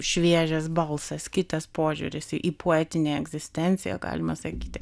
šviežias balsas kitas požiūris į poetinę egzistenciją galima sakyti